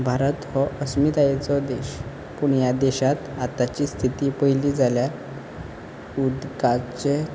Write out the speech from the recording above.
भारत हो अस्मितायेचो देश पूण ह्या देशांत आतांची स्थिती पळयली जाल्यार उदकाचे